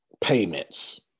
payments